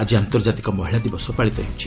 ଆଜି ଆନ୍ତର୍ଜାତିକ ମହିଳା ଦିବସ ପାଳିତ ହେଉଛି